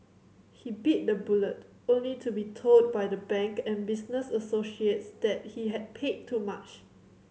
he bit the bullet only to be told by the bank and business associates that he had paid too much